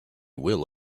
will